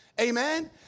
amen